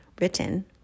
Written